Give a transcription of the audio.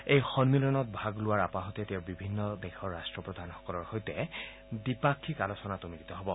এই সম্মিলনত ভাগত লোৱাৰ আপাহতে তেওঁ বিভিন্ন দেশৰ ৰট্টপ্ৰধানসকলৰ সৈতে দ্বিপাক্ষিক আলোচনাতো মিলিত হ'ব